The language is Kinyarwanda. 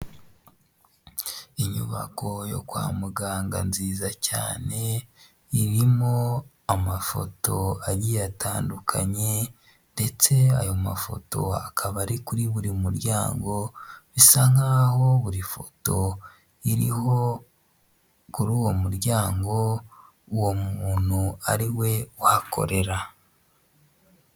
Inyubako yo kwa muganga nziza cyane, irimo amafoto agiye atandukanye ndetse ayo mafoto akaba ari kuri buri muryango, bisa nkaho buri foto iriho kuri uwo muryango, uwo muntu ari we uhakorera.